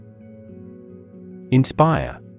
Inspire